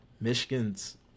Michigan's